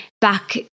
back